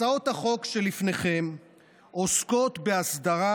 הצעות החוק שלפניכם עוסקות בהסדרת